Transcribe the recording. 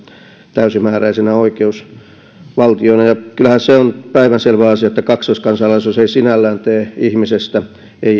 täysimääräisinä oikeusvaltioina kyllähän se on päivänselvä asia että kaksoiskansalaisuus ei sinällään tee ihmisestä